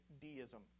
deism